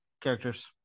characters